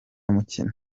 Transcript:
mukino